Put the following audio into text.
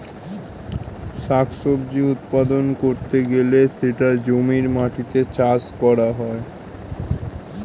শাক সবজি উৎপাদন করতে গেলে সেটা জমির মাটিতে চাষ করা হয়